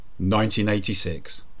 1986